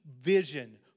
vision